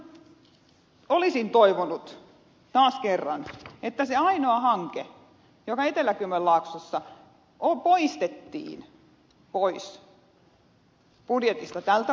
mutta taas kerran se ainoa hanke joka etelä kymenlaaksossa on elikkä rekkaparkin rakentaminen poistettiin pois budjetista tältä vuodelta